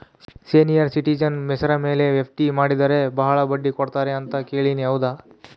Senior citizen ಹೆಸರ ಮೇಲೆ FD ಮಾಡಿದರೆ ಬಹಳ ಬಡ್ಡಿ ಕೊಡ್ತಾರೆ ಅಂತಾ ಕೇಳಿನಿ ಹೌದಾ?